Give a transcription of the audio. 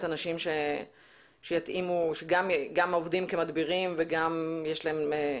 אנשים שגם עובדים כמדבירים וגם יש להם?